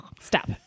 stop